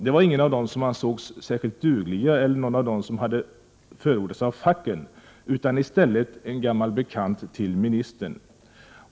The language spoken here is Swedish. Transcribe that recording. Det var ingen av dem som ansågs särskilt dugliga eller någon av dem som hade förordats av facken, utan i stället en gammal bekant till ministern.